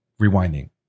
rewinding